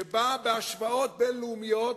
שבה, בהשוואות בין-לאומיות,